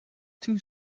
two